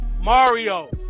Mario